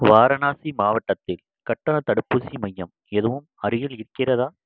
வாரணாசி மாவட்டத்தில் கட்டண தடுப்பூசி மையம் எதுவும் அருகில் இருக்கிறதா